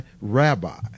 Rabbi